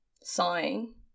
sighing